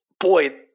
Boy